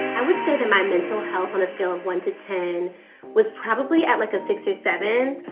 i would say that my mental health on a scale of one to ten was probably at like a six or seven.